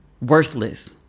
worthless